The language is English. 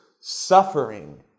suffering